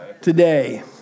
today